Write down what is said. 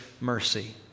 mercy